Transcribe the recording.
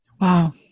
Wow